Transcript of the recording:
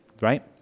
right